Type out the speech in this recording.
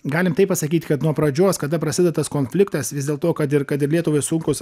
galim taip pasakyt kad nuo pradžios kada prasideda tas konfliktas vis dėl to kad ir kad ir lietuvai sunkus